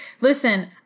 Listen